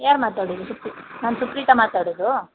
ಯಾರು ಮಾತಾಡೋದು ಸುಪ್ರಿ ನಾನು ಸುಪ್ರೀತಾ ಮಾತಾಡೋದು